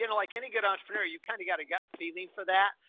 you know like any good entrepreneur, you kinda got a gut feeling for that.